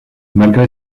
malgré